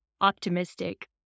optimistic